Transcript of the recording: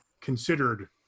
considered